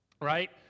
right